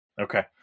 Okay